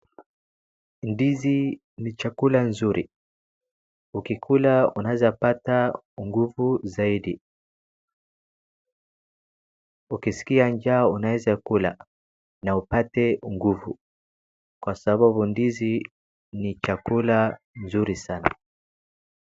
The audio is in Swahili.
Ndizi ni chakula nzuri, ukikula unaweza pata nguvu zaidi, ukiskia njaa unaweza kula na upate nguvu kwa sababu ndizi ni chakula nzuri sana.